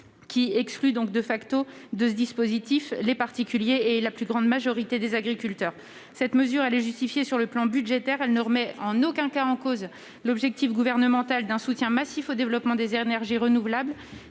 qui exclut de ce dispositif les particuliers et la plus grande majorité des agriculteurs. Cette mesure est justifiée d'un point de vue budgétaire. Elle ne remet en aucun cas en cause l'objectif gouvernemental d'un soutien massif au développement des énergies renouvelables,